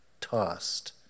tossed